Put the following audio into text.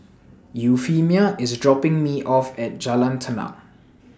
Euphemia IS dropping Me off At Jalan Tenang